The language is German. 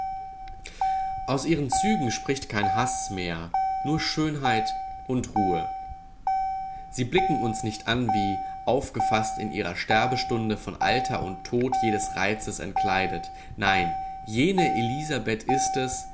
aus ihren zügen spricht kein haß mehr nur schönheit und ruhe sie blicken uns nicht an wie aufgefaßt in ihrer sterbestunde von alter und tod jedes reizes entkleidet nein jene elisabeth ist es